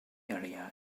area